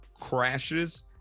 crashes